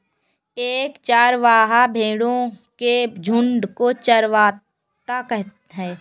एक चरवाहा भेड़ो के झुंड को चरवाता है